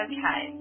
Okay